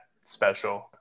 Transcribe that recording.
special